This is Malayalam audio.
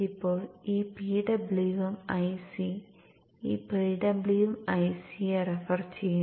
ഇപ്പോൾ ഈ PWM IC ഈ PWM IC യെ റഫർ ചെയ്യുന്നു